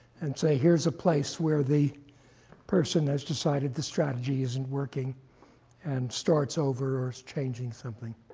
and say, here's a place where the person has decided the strategy isn't working and starts over, or is changing something.